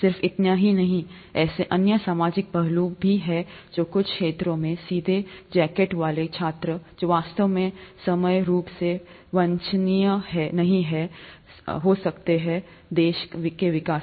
सिर्फ इतना ही नहीं ऐसे अन्य सामाजिक पहलू भी हैं जो कुछ क्षेत्रों में सीधे जैकेट वाले छात्र जो वास्तव में समग्र रूप से वांछनीय नहीं हो सकते हैं देश का विकास